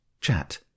chat